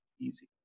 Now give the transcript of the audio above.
easy